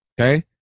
Okay